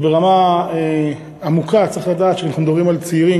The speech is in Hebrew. וברמה עמוקה צריך לדעת שכשאנחנו מדברים על צעירים,